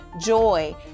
joy